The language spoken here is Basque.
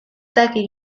daki